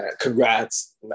congrats